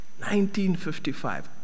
1955